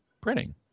printing